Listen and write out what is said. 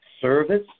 service